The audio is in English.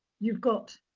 you've got